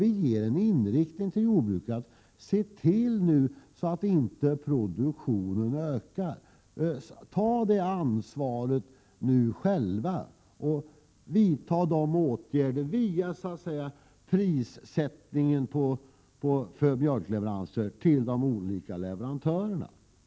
Vi lägger fast en inriktning för jordbruket och säger: Se till att produktionen inte ökar! Ta det ansvaret själva, och vidta åtgärder via prissättning för mjölkleveranser till olika leverantörer!